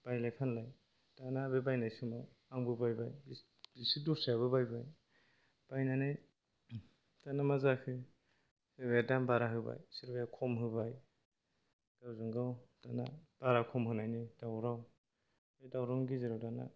बायलाय फानलाय दाना बे बायनाय समाव आंबो बायबाय एसे दस्रायाबो बायबाय बायनानै दाना मा जाखो सोरबाया दाम बारा होबाय सोरबाया खम होबाय गावजोंगाव दाना बारा खम होनायनि दावराव बे दावरावनि गेजेराव दाना